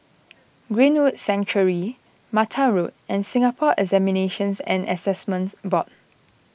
Greenwood Sanctuary Mattar Road and Singapore Examinations and Assessment Board